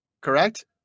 correct